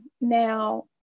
now